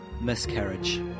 miscarriage